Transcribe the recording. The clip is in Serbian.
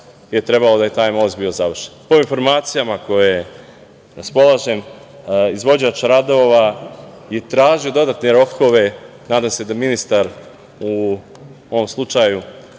je trebalo da taj most bude završen. Po informacijama kojim raspolažem, izvođač radova je tražio dodatne rokove. Nadam se da ministar u ovom slučaju